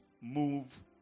move